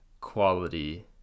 quality